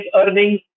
earnings